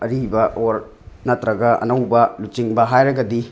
ꯑꯔꯤꯕ ꯑꯣꯔ ꯅꯠꯇ꯭ꯔꯒ ꯑꯅꯧꯕ ꯂꯨꯆꯤꯡꯕ ꯍꯥꯏꯔꯒꯗꯤ